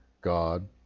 God